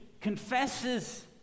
confesses